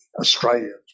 Australians